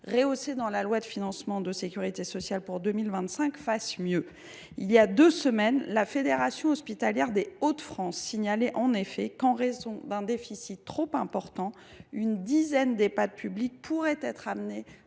d’euros dans la loi de financement de la sécurité sociale pour 2025 permette de mieux faire. Il y a deux semaines, la Fédération hospitalière des Hauts de France signalait ainsi que, en raison d’un déficit trop important, une dizaine d’Ehpad publics pourraient être amenés